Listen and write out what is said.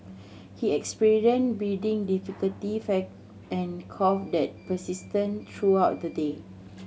he experienced breathing difficulty and cough that persisted throughout the day